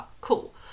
Cool